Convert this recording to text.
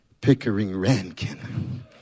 Pickering-Rankin